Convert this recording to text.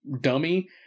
dummy